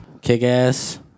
Kick-Ass